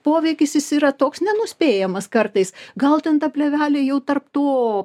poveikis jis yra toks nenuspėjamas kartais gal ten ta plėvelė jau tarp to